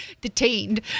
detained